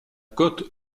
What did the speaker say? côte